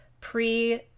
pre